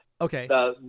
Okay